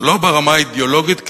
לא ברמה האידיאולוגית,